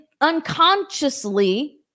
unconsciously